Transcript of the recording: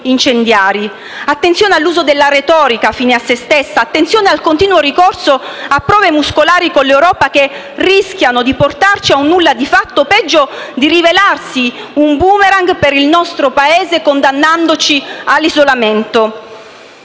incendiari; attenzione all'uso della retorica fine a se stessa, attenzione al continuo ricorso a prove muscolari con l'Europa che rischiano di portarci a un nulla di fatto o peggio di rivelarsi un *boomerang* per il nostro Paese, condannandoci all'isolamento.